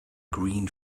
green